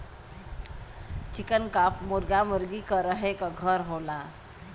चिकन coop मुरगा मुरगी क रहे क घर होला